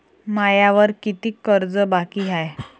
मायावर कितीक कर्ज बाकी हाय?